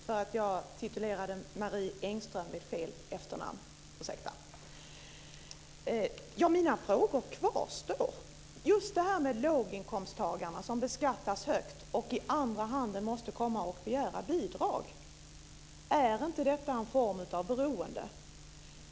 Fru talman! Mina frågor kvarstår. Det gäller just det här med låginkomsttagare som beskattas högt och sedan måste komma och begära bidrag. Är inte det en form av beroende?